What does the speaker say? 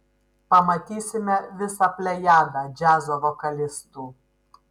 pamatysime visą plejadą džiazo vokalistų